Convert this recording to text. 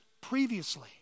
previously